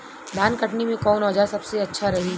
धान कटनी मे कौन औज़ार सबसे अच्छा रही?